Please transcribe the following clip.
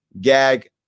gag